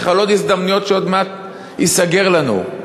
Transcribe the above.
יש חלון הזדמנויות שעוד מעט ייסגר לנו,